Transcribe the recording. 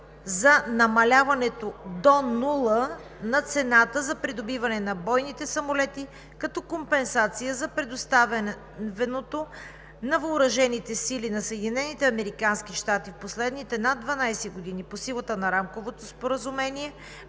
за намаляването до нула на цената за придобиване на бойните самолети като компенсация за предоставеното на въоръжените сили на Съединените американски щати в последните над 12 години, по силата на Рамковото споразумение